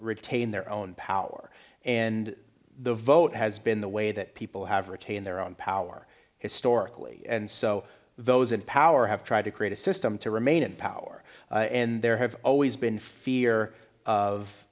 retain their own power and the vote has been the way that people have retained their own power historically and so those in power have tried to create a system to remain in power and there have always been fear of